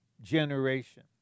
generation